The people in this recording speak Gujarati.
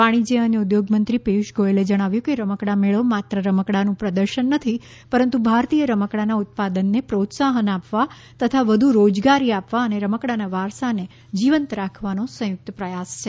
વાણિશ્ચ્ય અને ઉદ્યોગમંત્રી પિયુષ ગોયલે જણાવ્યું કે રમકડાં મેળો માત્ર રમકડાંનું પ્રદર્શન નથી પરંતુ ભારતીય રમકડાંના ઉત્પાદનને પ્રોત્સાહન આપવા તથા વધુ રોજગારી આપવા અને રમકડાંના વારસાને જીવંત રાખવાનો સંયુક્ત પ્રયાસ છે